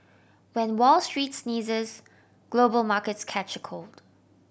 when Wall Street sneezes global markets catch a cold